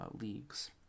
leagues